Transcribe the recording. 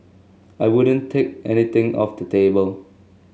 I wouldn't take anything off the table